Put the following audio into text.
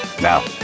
Now